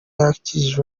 yakijije